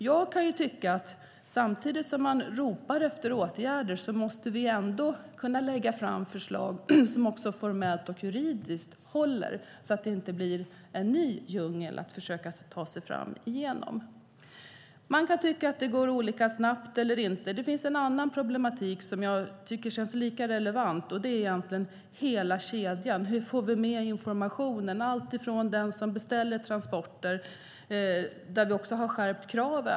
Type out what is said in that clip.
Jag tycker att samtidigt som man ropar efter åtgärder måste vi kunna lägga fram förslag som håller formellt och juridiskt, så att det inte blir en ny djungel som man ska försöka ta sig igenom. Man kan tycka att det går olika snabbt. Det finns en annan problematik som jag tycker känns lika relevant, och den gäller hela kedjan. Hur får vi fram informationen till den som beställer transporter? Där har vi också skärpt kraven.